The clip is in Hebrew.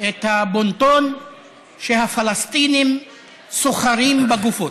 את הבון-טון שהפלסטינים סוחרים בגופות.